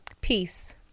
Peace